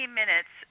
minutes